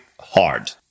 hard